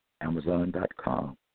Amazon.com